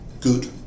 good